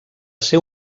ser